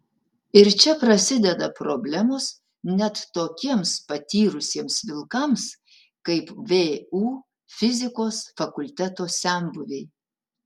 ir čia prasideda problemos net tokiems patyrusiems vilkams kaip vu fizikos fakulteto senbuviai